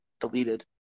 deleted